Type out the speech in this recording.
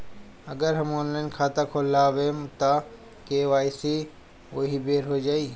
अगर हम ऑनलाइन खाता खोलबायेम त के.वाइ.सी ओहि बेर हो जाई